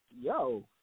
Yo